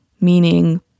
meaning